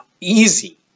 easy